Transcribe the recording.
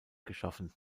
geschaffen